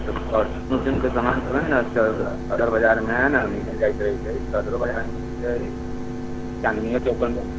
आओर परचुनके सामानसभ हइ ने सभ सदर बाजारमे हइ ने मिलल जाइत रहै छै सदरो बाजारमे मिलैत हइ चाँदनिए चौकमे